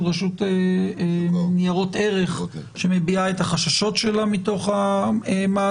הרשות לניירות ערך שמביעה את החששות שלה מתוך המהלך.